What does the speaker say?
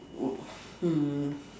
hmm